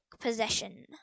possession